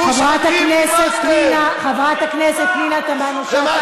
חברת הכנסת פנינה, מושחתים נמאסתם.